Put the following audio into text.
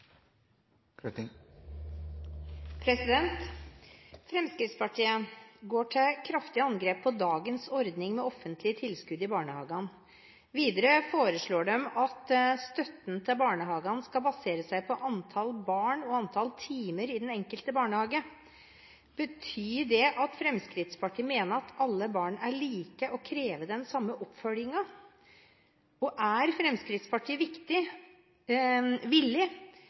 barnehagene. Videre foreslår de at støtten til barnehagene skal basere seg på antall barn og antall timer i den enkelte barnehage. Betyr det at Fremskrittspartiet mener at alle barn er like og krever den samme oppfølgingen? Og er Fremskrittspartiet villig